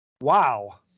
Wow